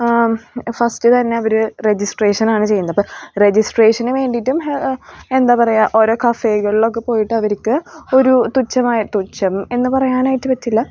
ആ ഫസ്റ്റ് തന്നെ അവർ രജിസ്ട്രേഷൻ ആണ് ചെയ്യേണ്ടത് അപ്പം അവർ രജിസ്ട്രേഷന് വേണ്ടിയിട്ടും എന്താണ് പറയുക ഓരോ കഫെകളിലൊക്കെ പോയിട്ട് അവർക്ക് ഒരു തുച്ഛമായ തുച്ഛം എന്ന് പറയാനായിട്ട് പറ്റില്ല